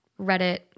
Reddit